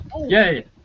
yay